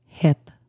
Hip